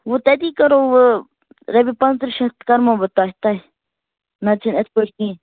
وۅنۍ تٔٔتی کَرو رۄپیہِ پنٛژاہ شیٹھ کَرِمو بہٕ تۅہہِ تۅہہِ نَتہٕ چھُنہٕ یِتھٕ پٲٹھۍ کیٚنٛہہ